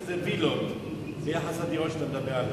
שזה וילות ביחס לדירות שאתה מדבר עליהן.